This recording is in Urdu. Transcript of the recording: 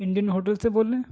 انڈین ہوٹل سے بول رہے ہیں